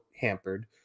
hampered